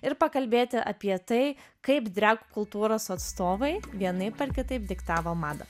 ir pakalbėti apie tai kaip drag kultūros atstovai vienaip ar kitaip diktavo madą